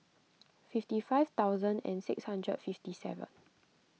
fifty five thousand and six hundred fifty seven